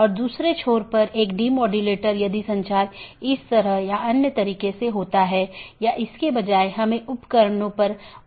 और एक autonomous system एक ही संगठन या अन्य सार्वजनिक या निजी संगठन द्वारा प्रबंधित अन्य ऑटॉनमस सिस्टम से भी कनेक्ट कर सकती है